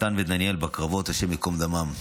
מתן ודניאל, השם ייקום דמם.